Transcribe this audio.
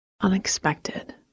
unexpected